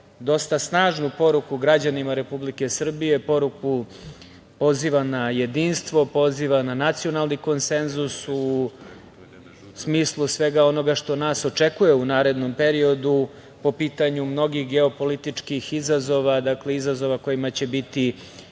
dosta snažnu poruku građanima Republike Srbije, poruku poziva na jedinstvo, poziva na nacionalni konsenzus, u smislu svega onoga što nas očekuje u narednom periodu po pitanju mnogih geopolitičkih izazova, dakle, izazova kojima će biti